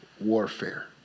warfare